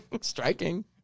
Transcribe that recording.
Striking